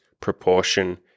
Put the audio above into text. proportion